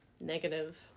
Negative